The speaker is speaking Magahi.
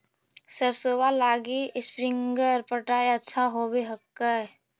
सरसोबा लगी स्प्रिंगर पटाय अच्छा होबै हकैय?